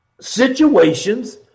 situations